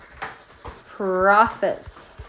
prophets